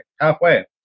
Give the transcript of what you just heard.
halfway